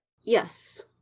Yes